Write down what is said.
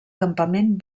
campament